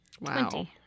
Wow